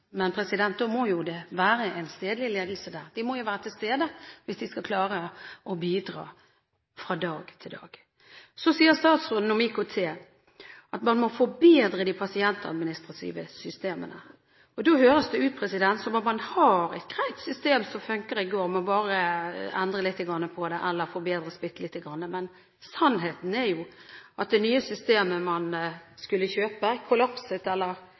Men det må jo være en stedlig ledelse der. De må jo være til stede hvis de skal klare å bidra fra dag til dag. Så sier statsråden om IKT at man må forbedre de pasientadministrative systemene. Da høres det ut som om man har et greit system som funker og går hvis man bare endrer litt på det, eller forbedrer det lite grann. Men sannheten er jo at det nye systemet man skulle kjøpe, kollapset.